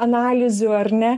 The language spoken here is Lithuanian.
analizių ar ne